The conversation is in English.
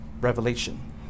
Revelation